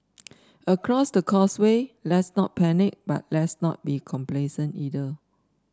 across the causeway let's not panic but let's not be complacent either